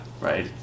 right